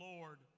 Lord